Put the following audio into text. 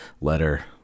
letter